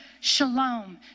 Shalom